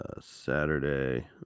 Saturday